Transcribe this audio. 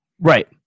Right